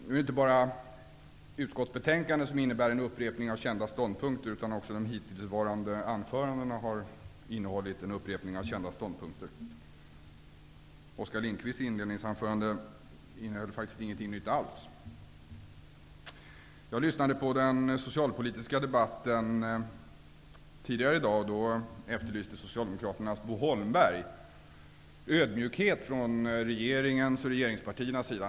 Det är inte bara utskottsbetänkandet som innebär en upprepning av kända ståndpunkter. De hittills hållna anförandena har också inneburit en upprepning av kända ståndpunkter. Oskar Lindkvists inledningsanförande innehöll faktiskt inget nytt alls. Jag lyssnade på den socialpolitiska debatten tidigare i dag. Där efterlyste Socialdemokraternas Bo Holmberg ödmjukhet från regeringens och regeringspartiernas sida.